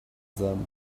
them